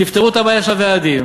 תפתרו את הבעיה של הוועדים.